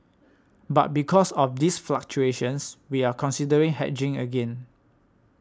but because of these fluctuations we are considering hedging again